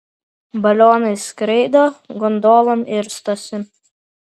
balionais skraido gondolom irstosi